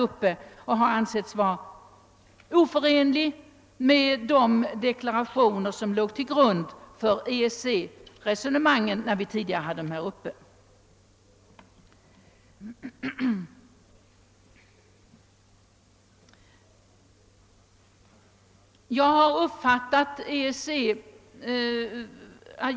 En sådan rätt har ansetts vara oförenlig med de deklarationer som låg till grund för våra tidigare resonemang om EEC i denna kammare.